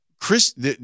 Chris